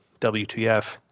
WTF